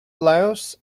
laos